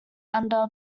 under